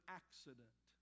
accident